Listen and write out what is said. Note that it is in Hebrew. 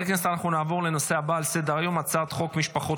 ברשות יושב-ראש